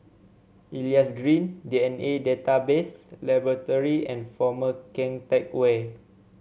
Elias Green D N A Database Laboratory and Former Keng Teck Whay